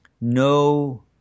no